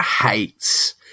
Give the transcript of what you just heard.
hates